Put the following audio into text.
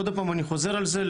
עוד פעם אני אחזור על זה,